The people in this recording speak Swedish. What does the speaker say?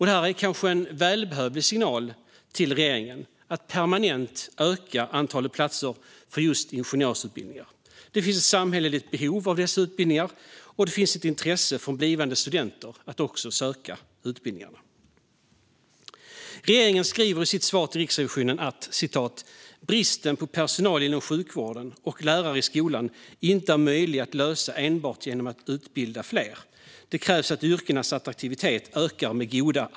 Detta är kanske en välbehövlig signal till regeringen om att permanent öka antalet platser på just ingenjörsutbildningar. Det finns ett samhälleligt behov av dessa utbildningar, och det finns ett intresse från blivande studenter av att söka utbildningarna. Regeringen skriver i sitt svar till Riksrevisionen: "Bristen på lärare i skolan och personal inom . sjukvården är . inte möjlig att lösa enbart genom att utbilda fler. Det krävs att yrkenas attraktivitet ökar med goda .